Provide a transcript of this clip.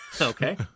Okay